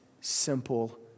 simple